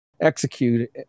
execute